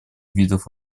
видов